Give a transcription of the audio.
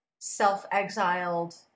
self-exiled